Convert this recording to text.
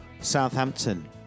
Southampton